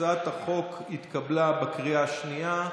הצעת החוק התקבלה בקריאה שנייה,